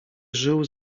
żył